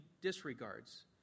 disregards